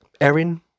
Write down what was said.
Erin